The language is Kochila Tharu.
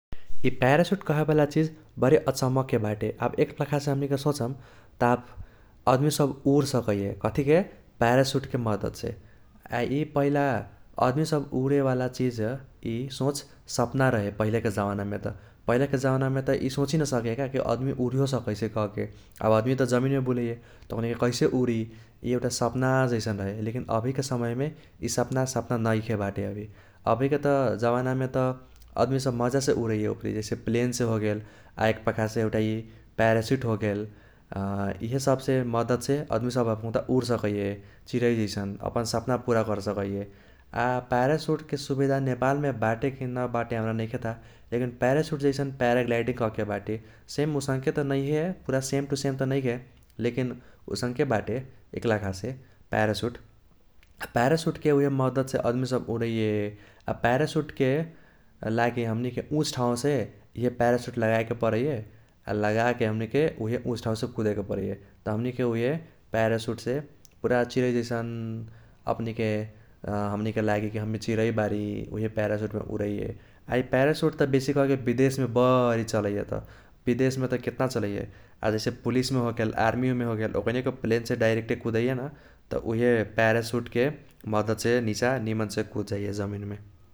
इ प्यारासुट कहेवाला चिज बरी अचम्मके बाटे, आब एकलाखासे हमनीके सोचम ताब अदमी सब उरसकैये कथीके प्यारासुतके मद्दतसे । आ इ पहिला अदमी सब उरेवाला चिज इ सोच सपना रहे पहिलेके जावानामे त । पहिलेके जावानामे त इ सोचही नसकेका कि अदमी उरियो सकैसै कहके । आब अदमी त जमीनमे बुलैये त ओकनीके कैसे उरी इ एउटा सपना जैसन रहे । लेकिन अभीके समयमे इ सपना सपना नैखे बाटे अभी । अभीके त जावानामे त अदमी सब माजासे उरैये जैसे प्लेने होगेल आ एकपाखासे एउटा इ प्यारासुट होगेल । इहेसबसे मद्दतसे अदमी सब अखूनता उर सकैये चिरै जैसन अपन सपना पूरा कर सकैये । आ प्यारासुटके सुबिधा नेपालमे बाटे कि न बाटे हम्रा नैखे थाह । लेकिन प्यारासुट जैसन पाराग्लाइडिंग कहके बाटे । सेम उसङ्के त नैहे पूरा सेम टू सेम नैखे लेकिन उसङ्के बाटे एकलाखासे प्यारासुट । प्यारासुटके उइहे मद्दतसे अदमी सब उरैये । आ प्यारासुटके हमनीके उच ठाउसे इहे प्यारासुट लगाएके परैये । आ लागाके हमनीके उइहे उच ठाउसे कूदेके परैये । त हमनीके उइहे प्यारासुटसे पूरा चिरै जैसन अपनीके हमनीके लागि कि हमे चिरै बारी उइहे प्यारासुटमे उरैये । आ इ प्यारासुट त बेसी कर्के बिदेशमे बरी चलैये त, बिदेशमे त केतना चलैये । आ जैसे पूलिसमे होगेल आर्मीमे होगेल ओकनीके प्लेनसे डायरेक्टे कुदैये न उइहे प्यारासुटके मद्दतसे नीचा निमनसे कूदजाइये जमीनमे ।